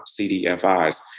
CDFIs